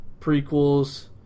prequels